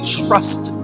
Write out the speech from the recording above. trust